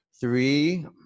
Three